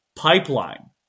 Pipeline